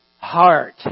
heart